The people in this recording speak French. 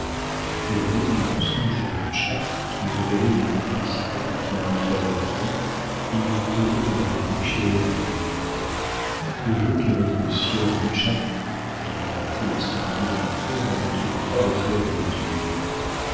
furieux du mensonge de butscha qui révélait une complicité dont il lui fallait raison il courut de la mairie chez les latournelle où donc est votre sieur butscha demanda-t-il à son ami le notaire en ne trouvant pas le clerc à l'étude